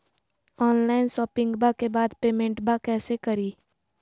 Online शोपिंग्बा के बाद पेमेंटबा कैसे करीय?